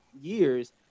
years